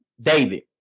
David